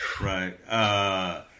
right